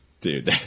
Dude